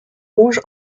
rouge